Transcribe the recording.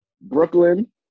Brooklyn